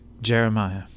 Jeremiah